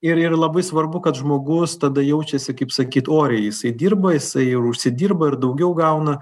ir ir labai svarbu kad žmogus tada jaučiasi kaip sakyt oriai jisai dirba jisai ir užsidirba ir daugiau gauna